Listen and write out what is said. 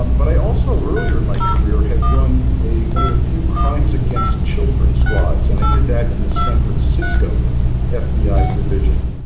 um but i also earlier in my career had run a one of the few crimes against children squads. and i did that in the san francisco ah fbi division.